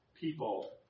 people